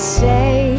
say